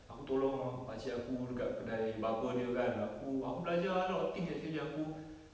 aku tolong un~ pakcik aku dekat kedai barber dia kan aku aku belajar a lot of things actually aku